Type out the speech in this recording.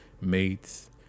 mates